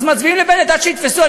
אז מצביעים לבנט עד שיתפסו,